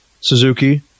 Suzuki